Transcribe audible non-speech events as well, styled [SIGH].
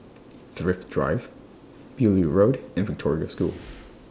Thrift Drive Beaulieu Road and Victoria School [NOISE]